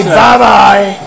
bye-bye